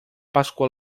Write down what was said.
pasqua